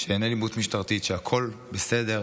שאין אלימות משטרתית, שהכול בסדר.